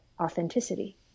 authenticity